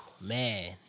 Man